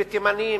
בתימנים,